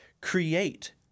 create